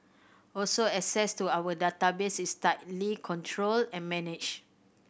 also access to our database is tightly controlled and managed